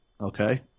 okay